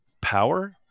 power